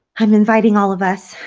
i'm inviting all of us